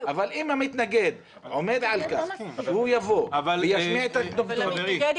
אבל אם המתנגד עומד על כך שהוא יבוא וישמיע את עמדתו,